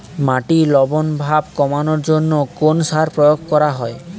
মাটির লবণ ভাব কমানোর জন্য কোন সার প্রয়োগ করা হয়?